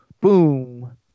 Boom